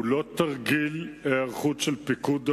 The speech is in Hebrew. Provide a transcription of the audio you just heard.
הוא לא תרגיל היערכות של פיקוד העורף,